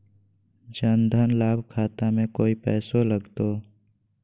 जन धन लाभ खाता में कोइ पैसों लगते?